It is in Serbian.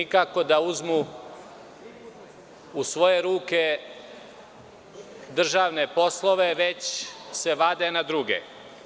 Nikako da uzmu u svoje ruke državne poslove, već se vade na druge.